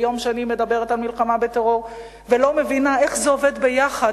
וביום השני מדברת על מלחמה בטרור ולא מבינה איך זה עובד ביחד,